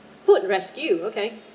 food rescue okay